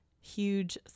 huge